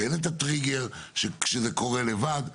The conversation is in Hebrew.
שאין את הטריגר שזה קורה לבד,